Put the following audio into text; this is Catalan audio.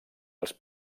els